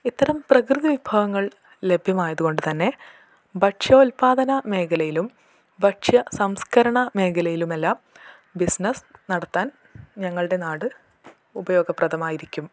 ഇത്തരം പ്രകൃതി വിഭവങ്ങൾ ലഭ്യമായത് കൊണ്ട് തന്നെ ഭക്ഷ്യ ഉല്പാദന മേഖലയിലും ഭക്ഷ്യ സംസ്കരണ മേഖലയിലുമെല്ലാം ബിസ്നസ്സ് നടത്താൻ ഞങ്ങളുടെ നാട് ഉപയോഗപ്രദമായിരിക്കും